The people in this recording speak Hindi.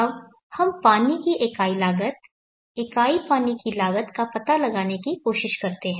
अब हम पानी की इकाई लागत इकाई पानी की लागत का पता लगाने की कोशिश करते हैं